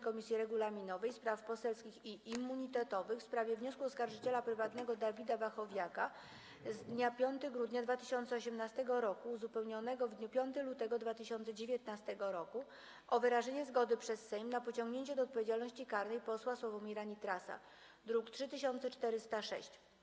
Komisji Regulaminowej, Spraw Poselskich i Immunitetowych w sprawie wniosku oskarżyciela prywatnego Dawida Wachowiaka z dnia 5 grudnia 2018 r., uzupełnionego w dniu 5 lutego 2019 r., o wyrażenie zgody przez Sejm na pociągnięcie do odpowiedzialności karnej posła Sławomira Nitrasa (druk nr 3406)